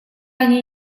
они